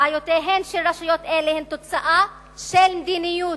בעיותיהן של רשויות אלה הן תוצאה של מדיניות.